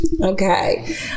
Okay